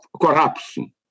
corruption